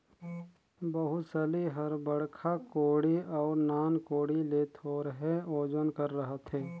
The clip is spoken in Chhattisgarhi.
बउसली हर बड़खा कोड़ी अउ नान कोड़ी ले थोरहे ओजन कर रहथे